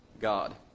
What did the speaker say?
God